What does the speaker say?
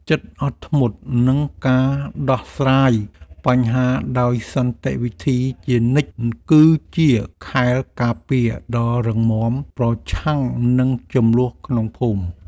ចិត្តអត់ធ្មត់និងការដោះស្រាយបញ្ហាដោយសន្តិវិធីជានិច្ច គឺជាខែលការពារដ៏រឹងមាំប្រឆាំងនឹងជម្លោះក្នុងភូមិ។